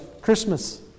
Christmas